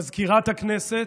מזכירת הכנסת,